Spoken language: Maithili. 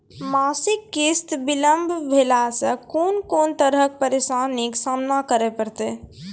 मासिक किस्त बिलम्ब भेलासॅ कून कून तरहक परेशानीक सामना करे परतै?